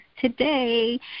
today